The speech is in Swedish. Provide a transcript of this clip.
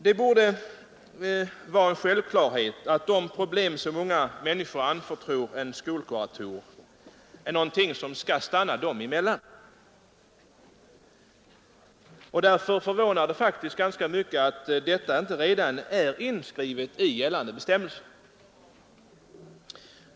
Det borde vara självklart att de problem som människor anförtror en skolkurator skall stanna dem emellan. Därför är det förvånande att sådan tystnadsplikt inte redan är inskriven i gällande bestämmelser.